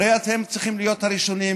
הרי אתם צריכים להיות הראשונים,